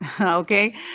Okay